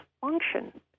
function